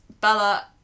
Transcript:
Bella